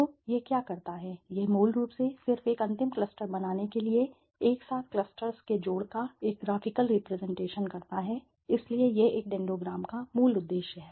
तो यह क्या करता है यह मूल रूप से सिर्फ एक अंतिम क्लस्टर बनाने के लिए एक साथ क्लस्टर्स के जोड़ का एक ग्राफिकल रिप्रजेंटेशन करता है इसलिए यह एक डेंडोग्राम का मूल उद्देश्य है